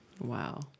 Wow